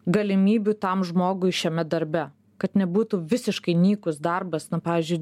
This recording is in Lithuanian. galimybių tam žmogui šiame darbe kad nebūtų visiškai nykus darbas na pavyzdžiui